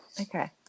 okay